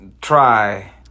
try